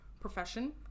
profession